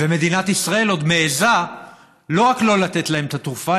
ומדינת ישראל עוד מעיזה לא רק לא לתת להם את התרופה,